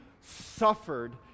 suffered